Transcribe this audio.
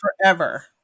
forever